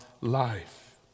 life